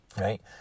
right